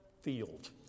field